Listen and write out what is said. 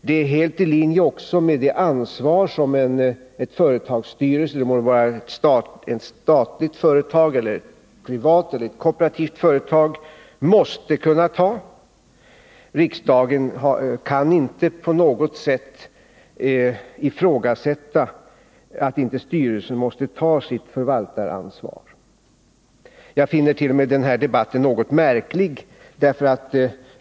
Det är också helt i linje med det ansvar som ett företags styrelse — det må vara ett statligt, ett privat eller ett kooperativt företag — måste kunna ta. Riksdagen kan inte på något sätt ifrågasätta styrelsens förvaltaransvar. Jag finner t.o.m. den här debatten något märklig.